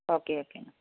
okay okay